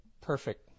perfect